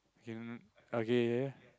okay mm okay